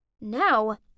Now